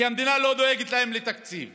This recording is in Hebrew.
כי המדינה לא דואגת להם לתקציב